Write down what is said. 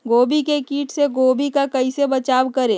गोभी के किट से गोभी का कैसे बचाव करें?